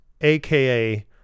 AKA